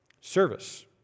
Service